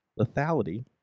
lethality